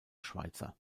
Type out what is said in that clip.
schweizer